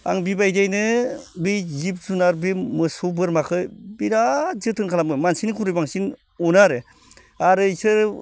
आं बिबायदियैनो बि जिब जुनार बि मोसौ बोरमाखो बिराद जोथोन खालामो मानसिनिखुरै बांसिन अनो आरो आरो इसोर